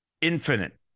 infinite